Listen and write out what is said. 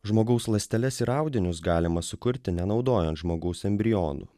žmogaus ląsteles ir audinius galima sukurti nenaudojant žmogaus embrionų